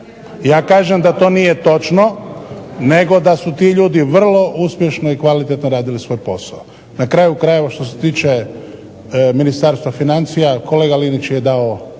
Ja kažem da to nije točno nego da su ti ljudi vrlo uspješno i kvalitetno radili svoj posao. Na kraju krajeva što se tiče Ministarstva financija kolega Linić je dao